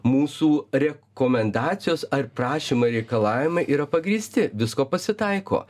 mūsų rekomendacijos ar prašymai reikalavimai yra pagrįsti visko pasitaiko